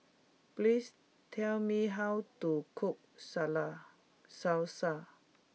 please tell me how to cook Salad Salsa